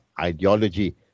ideology